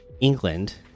England